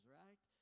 right